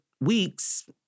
weeks